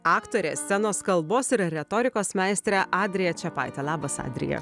aktorė scenos kalbos ir retorikos meistrė adrija čepaitė labas adrija